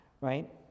Right